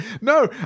no